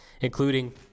including